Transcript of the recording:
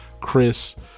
Chris